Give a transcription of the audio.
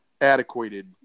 adequated